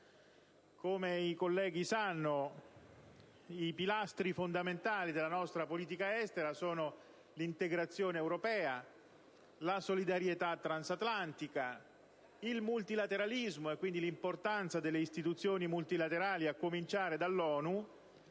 Come i colleghi sanno, i pilastri fondamentali della nostra politica estera sono l'integrazione europea, la solidarietà transatlantica, il multilateralismo e quindi l'importanza delle istituzioni multilaterali, a cominciare dall'ONU,